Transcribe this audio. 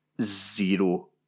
zero